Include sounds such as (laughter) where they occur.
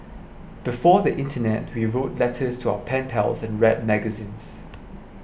before the internet (unintelligible) wrote letters to our pen pals and read magazines